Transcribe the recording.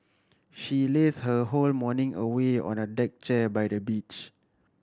she laze her whole morning away on a deck chair by the beach